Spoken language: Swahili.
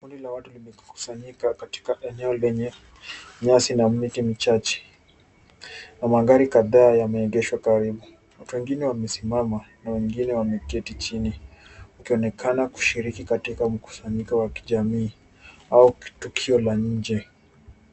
Kundi la watu limekusanyika katika eneo lenye nyasi na miti michache na magari kadhaa yameegeshwa karibu. Watu wengine wamesimama na wengine wameketi chini wakionekana kushiriki katika mkusanyiko wa kijamii au tukio la nje.